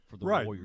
Right